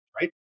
right